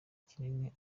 kinini